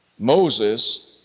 Moses